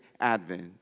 advent